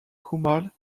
kumar